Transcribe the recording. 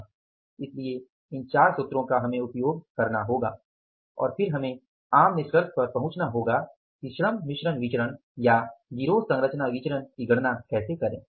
इसलिए इन 4 सूत्रों का हमें उपयोग करना होगा और फिर हमें आम निष्कर्ष पर पहुंचना होगा कि श्रम मिश्रण विचरण या गिरोह संरचना विचरण की गणना कैसे करें